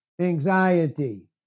anxiety